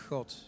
God